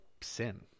sin